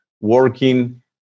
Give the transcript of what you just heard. working